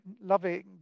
loving